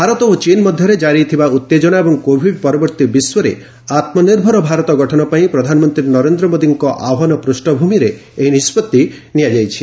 ଭାରତ ଓ ଚୀନ୍ ମଧ୍ୟରେ ଜାରି ଥିବା ଉତ୍ତେଜନା ଏବଂ କୋଭିଡ୍ ପରବର୍ତ୍ତୀ ବିଶ୍ୱରେ ଆତ୍ମନିର୍ଭର ଭାରତ ଗଠନ ପାଇଁ ପ୍ରଧାନମନ୍ତ୍ରୀ ନରେନ୍ଦ୍ର ମୋଦୀଙ୍କ ଆହ୍ୱାନ ପୃଷ୍ଣଭୂମିରେ ଏହି ନିଷ୍ପଭି ନିଆଯାଇଛି